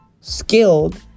skilled